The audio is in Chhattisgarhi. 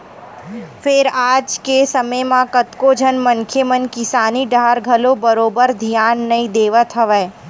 फेर आज के समे म कतको झन मनखे मन किसानी डाहर घलो बरोबर धियान नइ देवत हवय